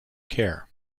care